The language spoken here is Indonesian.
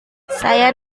saya